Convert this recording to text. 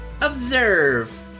Observe